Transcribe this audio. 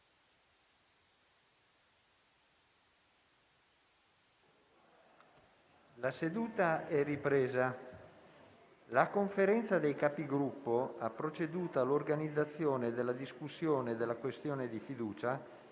una nuova finestra"). La Conferenza dei Capigruppo ha proceduto all'organizzazione della discussione della questione di fiducia